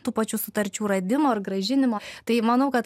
tų pačių sutarčių radimo ir grąžinimo tai manau kad